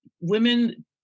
women